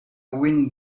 wind